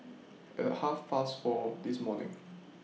At Half Past four This morning